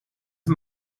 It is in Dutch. een